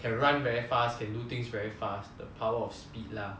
can run very fast can do things very fast the power of speed lah